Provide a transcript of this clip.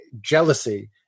jealousy